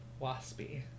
Waspy